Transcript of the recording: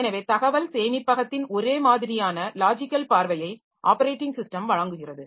எனவே தகவல் சேமிப்பகத்தின் ஒரே மாதிரியான லாஜிக்கல் பார்வையை ஆப்பரேட்டிங் ஸிஸ்டம் வழங்குகிறது